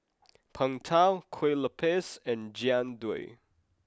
Png Tao Kueh Lopes and Jian Dui